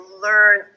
learn